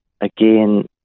again